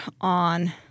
on